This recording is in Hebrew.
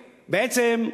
בעצם,